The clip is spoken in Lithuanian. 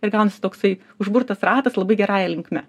ir ganasi toksai užburtas ratas labai gerąja linkme